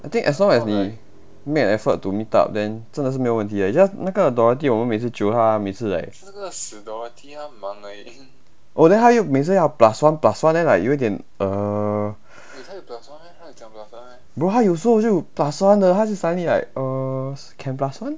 I think as long as 你 make effort to meet up then 真的是没有问题的 it's just 那个 dorothy 我们每次 jio 她每次 like oh then 她每次都要 plus one then like 有点 uh bro 她有时候就 plus one 的她是 suddenly like can plus one